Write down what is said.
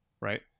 right